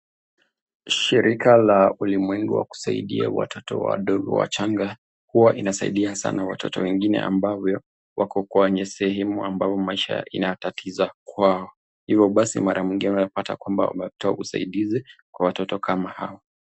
Shirika la ulimwengu wa kusaidia watoto wadogo wachanga huwa inasaidia sana watoto wengine ambao wako kwenye sehemu ambao maisha inatatiza kwao. Hivo basi mara mingi unaezapata kwamba imetoa usaidizi kwa watoto kama hawa.